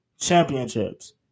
championships